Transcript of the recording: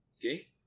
okay